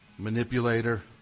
Manipulator